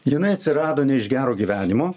jinai atsirado ne iš gero gyvenimo